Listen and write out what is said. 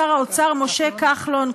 שר האוצר משה כחלון,